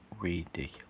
Ridiculous